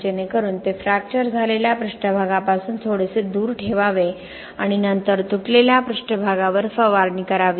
जेणेकरुन ते फ्रॅक्चर झालेल्या पृष्ठभागापासून थोडेसे दूर ठेवावे आणि नंतर तुटलेल्या पृष्ठभागावर फवारणी करावी